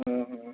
ହୁଁ ହୁଁ